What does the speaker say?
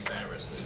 embarrassed